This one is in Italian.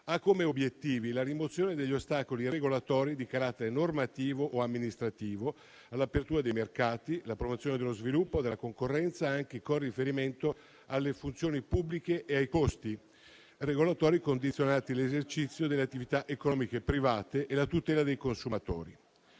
ha come obiettivi la rimozione degli ostacoli regolatori di carattere normativo o amministrativo all'apertura dei mercati, la promozione dello sviluppo della concorrenza, anche con riferimento alle funzioni pubbliche e ai costi regolatori condizionanti l'esercizio delle attività economiche private e la tutela dei consumatori.